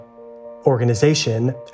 organization